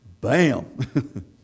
Bam